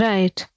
Right